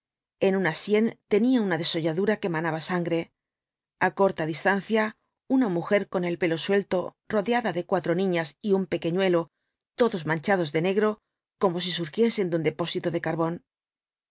en una sien tenía una desolladura que manaba sangre a corta distancia una mujer con el pelo suelto rodeada de cuatro niñas y un pequeñuelo todos manchados de negro como si surgiesen de un depósito de carbón